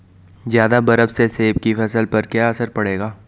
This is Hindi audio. ज़्यादा बर्फ से सेब की फसल पर क्या असर पड़ेगा?